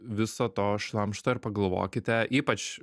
viso to šlamšto ir pagalvokite ypač